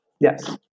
Yes